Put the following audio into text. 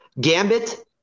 Gambit